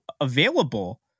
available